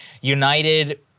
united